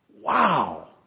Wow